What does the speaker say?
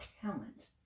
talent